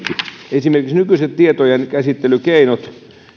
esimerkiksi nykyiset tietojenkäsittelykeinot